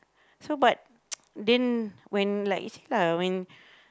so but then when like you see lah when